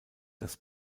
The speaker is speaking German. das